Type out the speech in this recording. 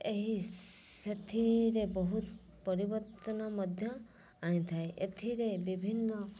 ଏହି ସେଥିରେ ବହୁତ ପରିବର୍ତ୍ତନ ମଧ୍ୟ ଆଣିଥାଏ ଏଥିରେ ବିଭିନ୍ନ